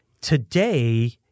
today